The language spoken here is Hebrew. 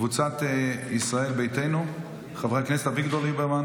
קבוצת סיעת ישראל ביתנו: חברי הכנסת אביגדור ליברמן,